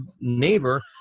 neighbor